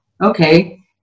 okay